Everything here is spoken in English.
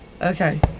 Okay